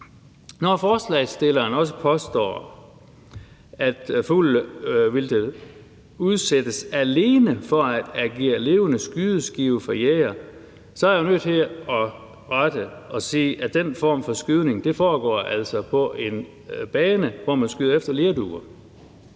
Når forslagsstillerne også påstår, at fuglevildtet udsættes alene for at agere levende skydeskive for jægere, så er jeg jo nødt til at rette det og sige, at den form for skydning altså foregår på en bane, hvor man skyder efter lerduer.